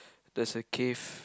there's a cave